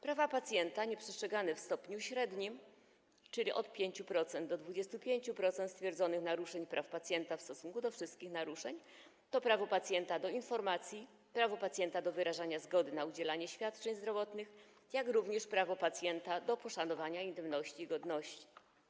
Prawa pacjenta nieprzestrzegane w stopniu średnim, czyli od 5% do 25% stwierdzonych naruszeń praw pacjenta w stosunku do wszystkich naruszeń, to prawo pacjenta do informacji, prawo pacjenta do wyrażania zgody na udzielanie świadczeń zdrowotnych, jak również prawo pacjenta do poszanowania intymności i godności.